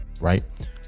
Right